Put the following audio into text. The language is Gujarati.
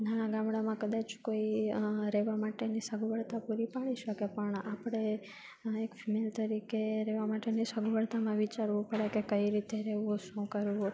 નાના ગામડામાં કદાચ કોઈ રહેવા માટેની સગવળતા પૂરી પાડી શકે પણ આપણે એક ફિમેલ તરીકે રહેવા માટેની સગવળતામાં વિચારવું પડે કે કઈ રીતે રહેવું શું કરવું